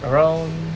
around